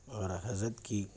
اور حضرت کی